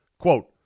Quote